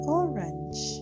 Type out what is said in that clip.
orange